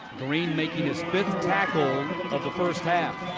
green making his fifth tackle of the first half.